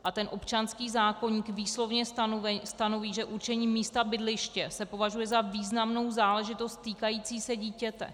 A občanský zákoník výslovně stanoví, že určení místa bydliště se považuje za významnou záležitost týkající se dítěte.